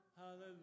hallelujah